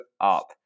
up